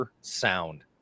sound